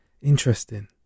Interesting